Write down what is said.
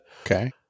Okay